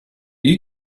you